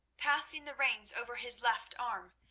passing the reins over his left arm,